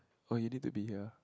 oh you need to be here